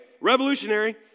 Revolutionary